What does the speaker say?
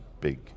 big